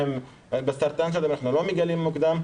--- אנחנו לא מגלים מוקדם,